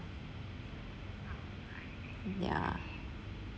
yeah yeah